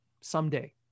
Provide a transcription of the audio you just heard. someday